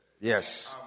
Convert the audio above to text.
Yes